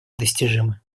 достижимы